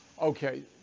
Okay